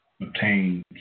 obtained